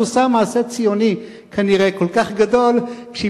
שהיא עושה מעשה ציוני כל כך גדול כשהיא